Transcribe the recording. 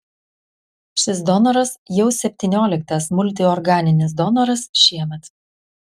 šis donoras jau septynioliktas multiorganinis donoras šiemet